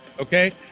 Okay